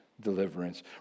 deliverance